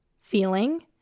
feeling